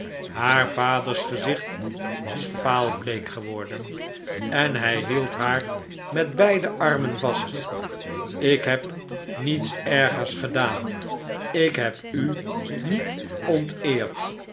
haar vaders gezicht was vaalbleek geworden en hij hield haar met beide armen vast ik heb niets ergers gedaan ik heb u niet